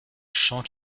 chant